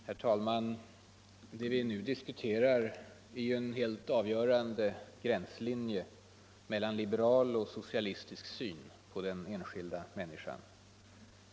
Herr talman! Det vi nu diskuterar är en avgörande gränslinje mellan liberal och socialistisk syn på den enskilda människan.